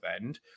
end